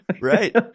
Right